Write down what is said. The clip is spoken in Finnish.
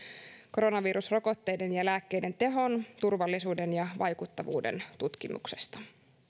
koronavirusrokotteiden ja lääkkeiden tehon turvallisuuden ja vaikuttavuuden tutkimuksesta